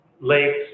lakes